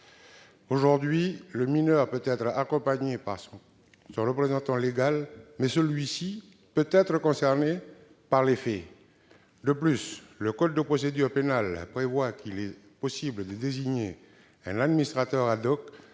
Aujourd'hui, le mineur peut être accompagné de son représentant légal, mais celui-ci peut être concerné par les faits. De plus, le code de procédure pénale prévoit qu'il n'est possible de désigner un administrateur que